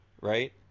Right